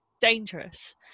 dangerous